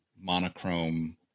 monochrome